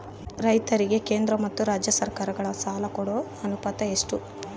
ರೈತರಿಗೆ ಕೇಂದ್ರ ಮತ್ತು ರಾಜ್ಯ ಸರಕಾರಗಳ ಸಾಲ ಕೊಡೋ ಅನುಪಾತ ಎಷ್ಟು?